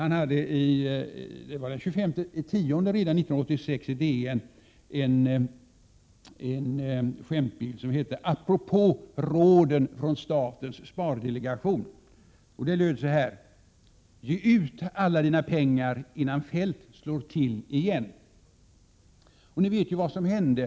I Dagens Nyheter den 25 oktober 1986 fanns införd en skämtbild med texten: ”Apropå råden från statens spardelegation: Ge ut alla dina pengar innan Feldt slår till igen.” Ni kommer kanske ihåg vad som hände.